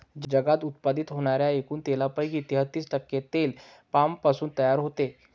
जगात उत्पादित होणाऱ्या एकूण तेलापैकी तेहतीस टक्के तेल पामपासून तयार होते